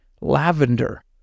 Lavender